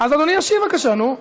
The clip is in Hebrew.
אז אדוני ישיב בבקשה, נו.